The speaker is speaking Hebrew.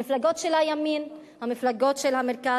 המפלגות של הימין, המפלגות של המרכז.